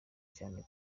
cyane